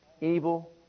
evil